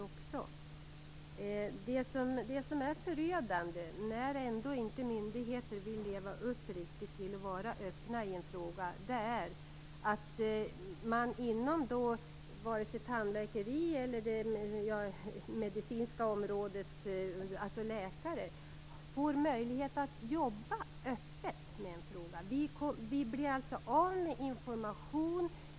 Det som är förödande när myndigheterna inte riktigt vill leva upp till att vara öppna, är att man inte inom vare sig tandläkeriet eller det medicinska området, bland läkare, får möjlighet att jobba öppet med frågan. Vi blir av med information.